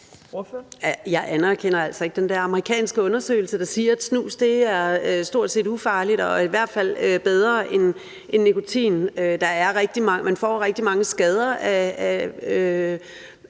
Jeg anerkender altså ikke den der amerikanske undersøgelse, der siger, at snus stort set er ufarligt og i hvert fald bedre end nikotin. Man får rigtig mange skader som